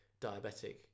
diabetic